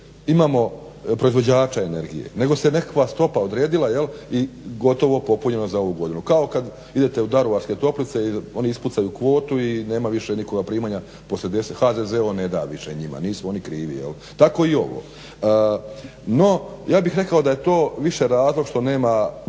imamo proizvođača energije nego se nekakva stopa odredila i gotovo popunjeno za ovu godinu. Kao kada idete u Daruvarske toplice oni ispucaju kvotu i nema više nikoga primanja poslije 10, HZZO ne da više nisu oni krivi, tako i ovo. No ja bih rekao da je to više razlog što nema